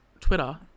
Twitter